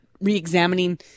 re-examining